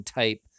type